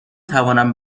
توانم